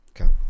Okay